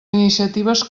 iniciatives